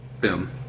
Boom